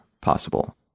possible